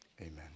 amen